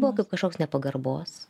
buvo kažkoks nepagarbos